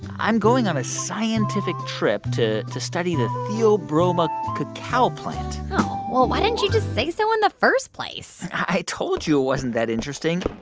i'm going on a scientific trip to a study the theobroma cacao plant oh, well, why didn't you just say so in the first place? i told you it wasn't that interesting.